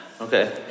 Okay